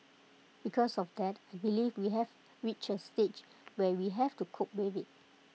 because of that I believe we have reached A stage where we have to cope with IT